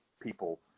people